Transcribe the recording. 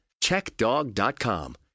CheckDog.com